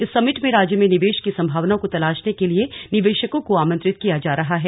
इस समिट में राज्य में निवेश की संभावनाओं को तलाशने के लिए निवेशकों को आमंत्रित किया जा रहा है